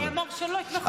מי אמר שלא יתמכו בזה?